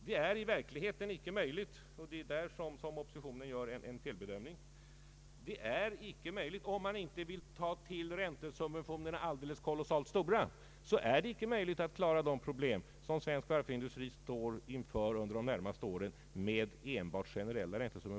Det är i verkligheten icke möjligt — det är där oppositionen gör en felbedömning — om man inte vill ta till alldeles kolossalt stora räntesubventioner att med enbart generella räntesubventioner klara de problem som svensk varvsindustri står inför de närmaste åren.